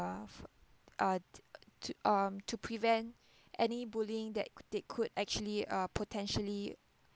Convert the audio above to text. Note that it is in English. uh to um to prevent any bullying that they could actually uh potentially